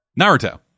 Naruto